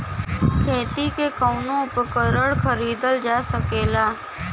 खेती के कउनो उपकरण खरीदल जा सकला